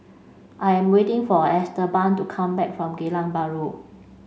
I am waiting for Esteban to come back from Geylang Bahru